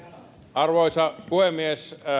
arvoisa puhemies